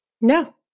No